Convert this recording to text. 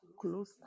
Close